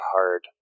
hard